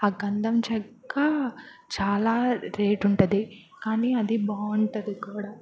ఆ గంధం చక్క చాలా రేటు ఉంటుంది కానీ అది బాగుంటుంది కూడా